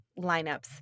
lineups